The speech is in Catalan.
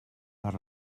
les